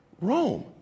Rome